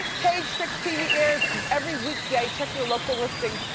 page six tv airs every weekday, check your local listings.